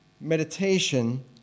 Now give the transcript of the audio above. meditation